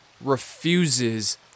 refuses